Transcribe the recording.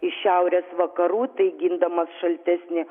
į šiaurės vakarų tai gindamas šaltesnį